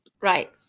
right